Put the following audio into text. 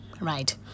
right